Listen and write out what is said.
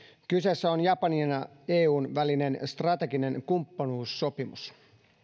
kyseessä on japanin ja eun välinen strateginen kumppanuussopimus